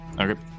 Okay